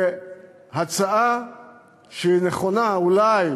בהצעה שהיא נכונה אולי